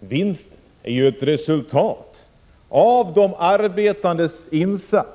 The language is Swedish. Vinsten är ju ett resultat av de arbetandes insats.